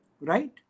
Right